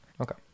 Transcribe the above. okay